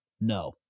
No